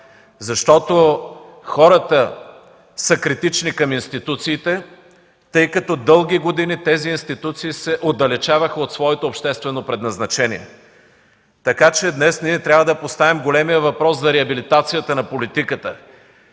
умряла. Хората са критични към институциите, тъй като дълги години тези институции се отдалечаваха от своето обществено предназначение. Така че днес трябва да поставим големия въпрос за реабилитацията на политиката.